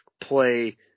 play